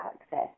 access